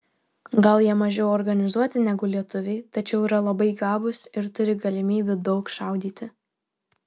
gal jie mažiau organizuoti negu lietuviai tačiau yra labai gabūs ir turi galimybių daug šaudyti